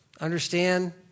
understand